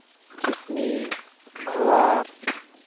ᱠᱤᱥᱱᱤ ᱜᱷᱟᱲᱣᱟᱨ